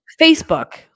Facebook